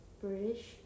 British